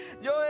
Yo